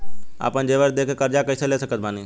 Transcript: आपन जेवर दे के कर्जा कइसे ले सकत बानी?